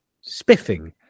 spiffing